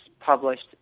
published